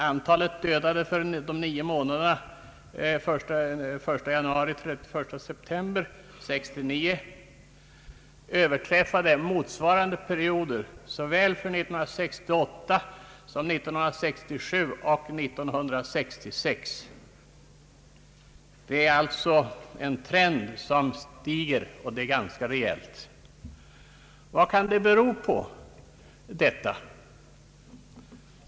Antalet dödade de nio månaderna 1 januari—30 september 1969 överträffade motsvarande perioder för såväl 1968, 1967 som 1966. Det är alltså en trend som stiger, och det gansk rejält. | Vad kan detta bero på?